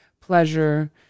pleasure